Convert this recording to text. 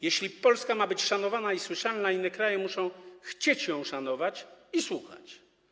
Jeśli Polska ma być szanowana i słyszalna, inne kraje muszą chcieć ją szanować i słuchać.